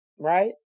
right